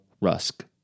Rusk